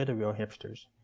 and real hipsters.